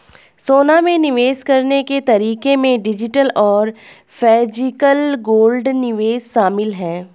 सोना में निवेश करने के तरीके में डिजिटल और फिजिकल गोल्ड निवेश शामिल है